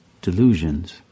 delusions